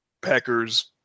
Packers